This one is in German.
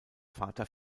vater